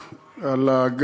לדוגמה,